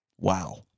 Wow